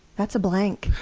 that's a blank.